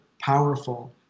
powerful